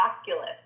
Oculus